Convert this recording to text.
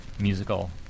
musical